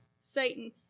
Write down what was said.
Satan